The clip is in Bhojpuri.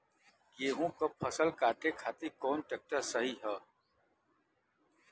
गेहूँक फसल कांटे खातिर कौन ट्रैक्टर सही ह?